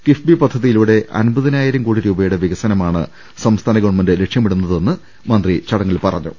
കിഫ്ബി പദ്ധതിയിലൂടെ അൻപതിനായിരം കോടി രൂപയുടെ വികസന മാണ് സംസ്ഥാന ഗവൺമെന്റ് ലക്ഷ്യമിടുന്നതെന്നും മന്ത്രി അറിയിച്ചു